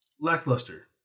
lackluster